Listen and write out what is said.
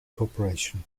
corporation